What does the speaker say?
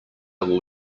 will